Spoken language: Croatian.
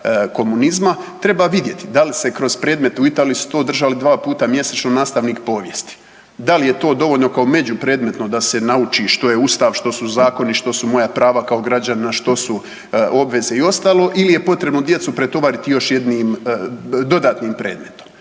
komunizma. Treba vidjeti da li se kroz predmete, u Italiji su to držali dva puta mjesečno nastavnik povijesti. Da li je to dovoljno kao među predmetno da se nauči što je Ustav, što su zakoni, što su moja prava kao građanina, što su obveze i ostalo ili je potrebno djecu pretovariti još jednim dodatnim predmetom.